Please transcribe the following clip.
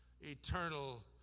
eternal